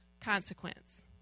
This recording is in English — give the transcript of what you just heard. consequence